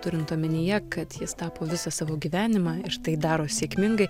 turint omenyje kad jis tapo visą savo gyvenimą ir tai daro sėkmingai